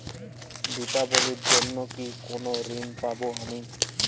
দীপাবলির জন্য কি কোনো ঋণ পাবো আমি?